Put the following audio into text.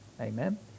Amen